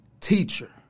teacher